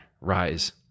Rise